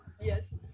yes